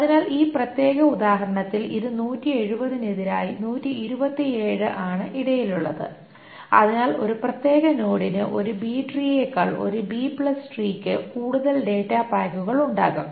അതിനാൽ ഈ പ്രത്യേക ഉദാഹരണത്തിൽ ഇത് 170 നു എതിരായി 127 ആണ് ഇടയിലുള്ളത് അതിനാൽ ഒരു പ്രത്യേക നോഡിന് ഒരു ബി ട്രീയേക്കാൾ ഒരു ബി ട്രീയ്ക്ക് B tree കൂടുതൽ ഡാറ്റ പായ്ക്കുകൾ ഉണ്ടാകാം